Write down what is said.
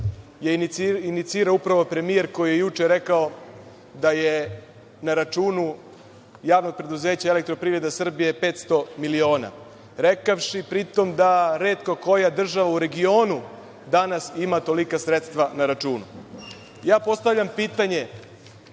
je inicirao upravo premijer koji je juče rekao da je na računu javnog preduzeća EPS 500 miliona. Rekavši pri tom da retko koja država u regionu danas ima tolika sredstva na računu. Ja postavljam pitanje